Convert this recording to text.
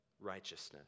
righteousness